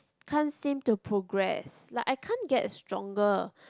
can't seem to progress like I can't get stronger